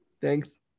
Thanks